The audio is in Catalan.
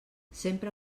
sempre